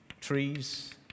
Trees